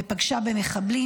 ופגשה במחבלים,